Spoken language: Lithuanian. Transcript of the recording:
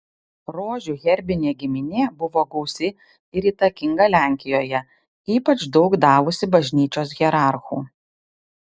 rožių herbinė giminė buvo gausi ir įtakinga lenkijoje ypač daug davusi bažnyčios hierarchų